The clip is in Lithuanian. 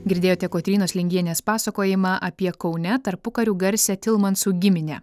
girdėjote kotrynos lingienės pasakojimą apie kaune tarpukariu garsią tilmansų giminę